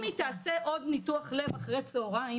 היא תעשה עוד ניתוח לב אחרי צהריים,